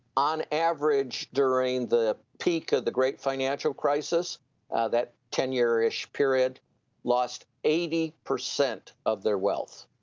on average during the peak of the great financial crisis that ten year-ish period lost eighty percent of their wealth.